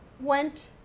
went